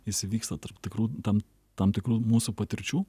jis įvyksta tarp tikrų tam tam tikrų mūsų patirčių